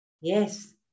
Yes